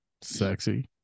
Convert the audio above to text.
sexy